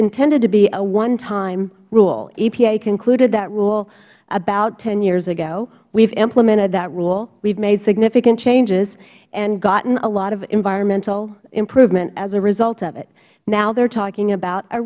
intended to be a onetime rule epa concluded that rule about hyears ago we have implemented that rule we have made significant changes and gotten a lot of environmental improvement as a result of it now they are talking about